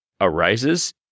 arises